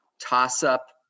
toss-up